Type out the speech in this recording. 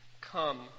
come